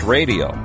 Radio